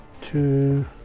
Two